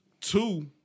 Two